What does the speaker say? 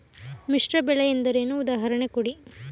ಮಿಶ್ರ ಬೆಳೆ ಎಂದರೇನು, ಉದಾಹರಣೆ ಕೊಡಿ?